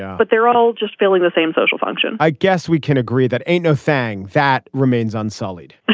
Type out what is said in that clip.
but they're all just feeling the same social function i guess we can agree that ain't no thang that remains unsolved